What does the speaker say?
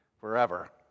forever